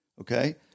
Okay